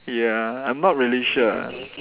ya I'm not really sure